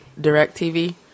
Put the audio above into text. DirecTV